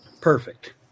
Perfect